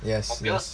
yes yes